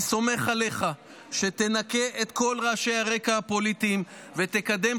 אני סומך עליך שתנקה את כל רעשי הרקע הפוליטיים ותקדם